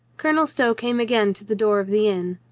colonel stow came again to the door of the inn.